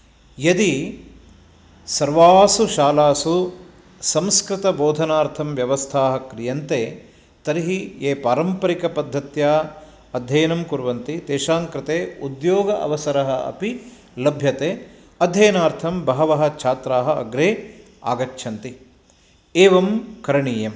यदि सर्वासु शालासु संस्कृतबोधनार्थं व्यवस्थाः क्रियन्ते तर्हि ये पारम्परिकपद्धत्या अध्ययनं कुर्वन्ति तेषां कृते उद्योग अवसरः अपि लभ्यते अध्ययनार्थं बहवः छात्राः अग्रे आगच्छन्ति एवं करणीयं